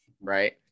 right